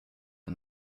and